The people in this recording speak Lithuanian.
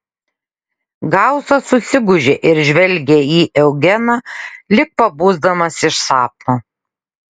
gausas susigūžė ir žvelgė į eugeną lyg pabusdamas iš sapno